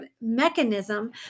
mechanism